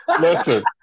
Listen